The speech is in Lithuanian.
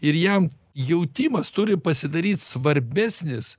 ir jam jautimas turi pasidaryti svarbesnis